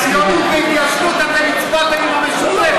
אבל על ציונות והתיישבות אתם הצבעתם עם המשותפת.